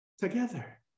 together